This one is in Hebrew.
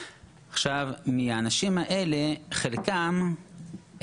חלקם יוצאים אחרי הליך של הרחקה,